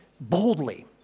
boldly